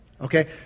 okay